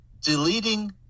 deleting